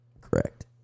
Correct